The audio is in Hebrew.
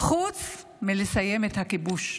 חוץ מלסיים את הכיבוש.